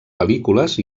pel·lícules